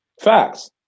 Facts